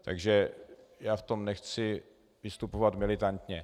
Takže já v tom nechci vystupovat militantně.